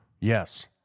Yes